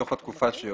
בתוך תקופה שיורה,